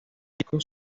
disco